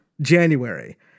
January